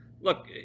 look